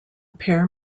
pair